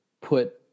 put